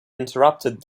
interrupted